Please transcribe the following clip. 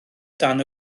dan